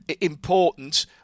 important